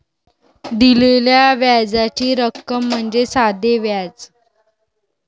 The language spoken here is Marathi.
दिलेल्या व्याजाची रक्कम म्हणजे साधे व्याज